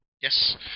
Yes